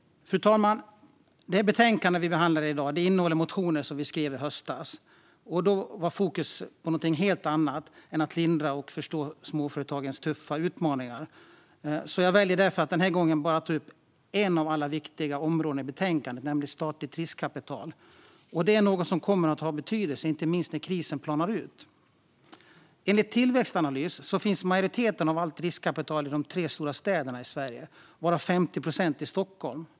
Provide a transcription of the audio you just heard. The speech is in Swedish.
Fru talman! Det betänkande vi behandlar i dag innehåller motioner som vi skrev i höstas. Då var fokus på någonting helt annat än att lindra och förstå småföretagens tuffa utmaningar. Jag väljer därför att den här gången bara ta upp ett av alla viktiga områden i betänkandet, nämligen statligt riskkapital. Det är något som kommer att ha betydelse, inte minst när krisen planar ut. Enligt Tillväxtanalys finns majoriteten av allt riskkapital i de tre stora städerna i Sverige, varav 50 procent i Stockholm.